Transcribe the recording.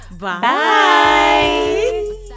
Bye